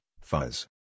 fuzz